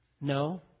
No